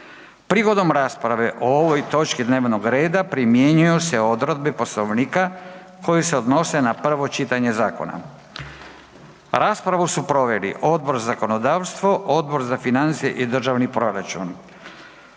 Prigodom rasprave o ovoj točki dnevnog reda primjenjuju se odredbe Poslovnika koje se odnose na prvo čitanje zakona. Raspravu su proveli Odbor za zakonodavstvo, Odbor za financije i državni proračun.